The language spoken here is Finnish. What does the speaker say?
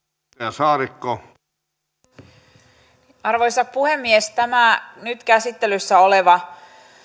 arvoisa puhemies tämä nyt käsittelyssä oleva